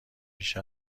بیش